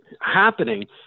happening